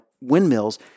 windmills